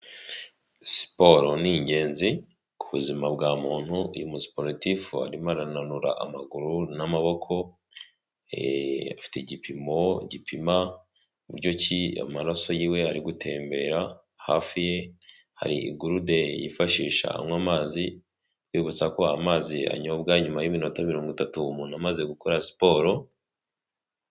Siporo ni ingenzi ku buzima bwa muntu. Uyu musiporatifu arimo arananura amaguru n'amaboko, afite igipimo gipima buryo ki amaraso yiwe ari gutembera. Hafi ye hari igurude yifashisha anywa amazi, yibutsa ko amazi anyobwa nyuma y'iminota mirongo itatu umuntu amaze gukora siporo.